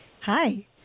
Hi